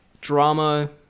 drama